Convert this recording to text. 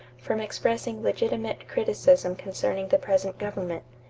from expressing legitimate criticism concerning the present government.